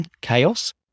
chaos